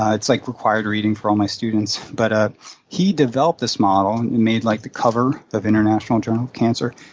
ah it's, like, required reading for all my students. but ah he developed this model and made like the cover of international journal of cancer.